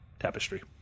Tapestry